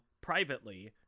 privately